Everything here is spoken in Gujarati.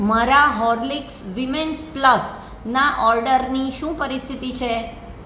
મારા હોર્લિક્સ વિમેન્સ પ્લસ ના ઓર્ડરની શું પરિસ્થિતિ છે